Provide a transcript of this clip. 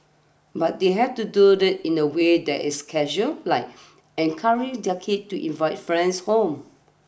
but they have to do in a way that is casual like encouraging their kids to invite friends home